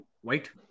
White